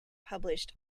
published